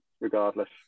regardless